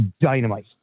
dynamite